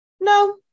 no